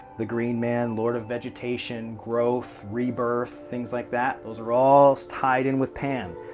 the green man, lord of vegetation, growth, rebirth, things like that, those are all tied in with pan.